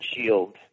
shield